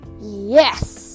Yes